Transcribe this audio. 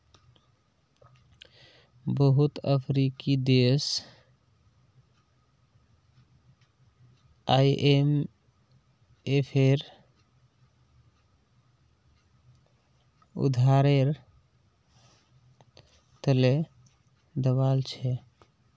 बहुत अफ्रीकी देश आईएमएफेर उधारेर त ल दबाल छ